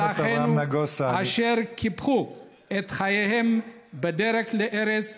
אחינו אשר קיפחו את חייהם בדרך לארץ,